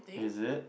is it